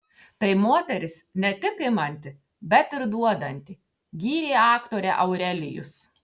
tai moteris ne tik imanti bet ir duodanti gyrė aktorę aurelijus